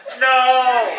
No